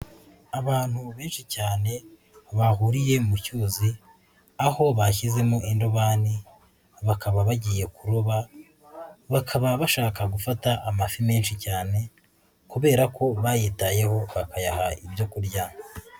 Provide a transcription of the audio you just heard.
Abantu benshi cyane bahuriye mu cyuzi aho bashyizemo indobani bakaba bagiye kuroba, bakaba bashaka gufata amafi menshi cyane kubera ko bayitayeho bakayaha ibyo kurya.